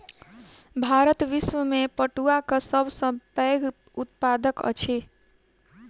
भारत विश्व में पटुआक सब सॅ पैघ उत्पादक अछि